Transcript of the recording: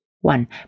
one